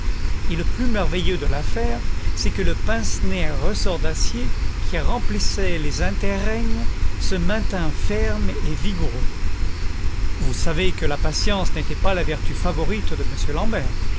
et le plus merveilleux de l'affaire c'est que le pince nez à ressort d'acier qui remplissait les interrègnes se maintint ferme et vigoureux vous savez que la patience n'était pas la vertu favorite de m alfred l'ambert